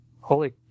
holy